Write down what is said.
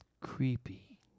creepy